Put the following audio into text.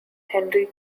henry